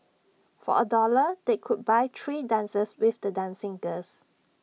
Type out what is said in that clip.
for A dollar they could buy three dances with the dancing girls